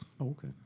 Okay